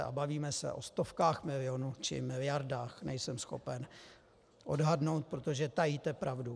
A bavíme se o stovkách milionů či miliardách, nejsem schopen odhadnout, protože tajíte pravdu.